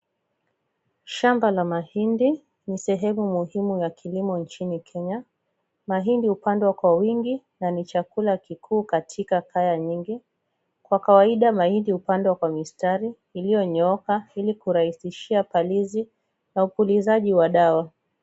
Shamba la mahindi ni sehemu muhimu la kilimo nchini Kenya ,mahindi hupandwa kwa wingi na ni chakula kikuu katika kaya nyingi ,kwa kawaida mahindi hupandwa kwa mistari iliyonyooka ili kurahisisha upalizi na upulizaji wa dawa.